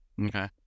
Okay